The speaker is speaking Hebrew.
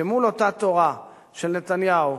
שמול אותה תורה של נתניהו,